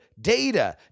data